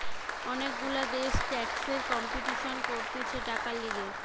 অনেক গুলা দেশ ট্যাক্সের কম্পিটিশান করতিছে টাকার লিগে